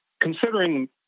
Considering